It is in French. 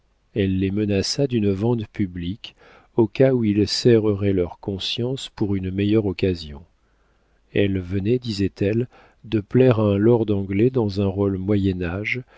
elle les menaça d'une vente publique au cas où ils serreraient leur conscience pour une meilleure occasion elle venait disait-elle de plaire à un lord anglais dans un rôle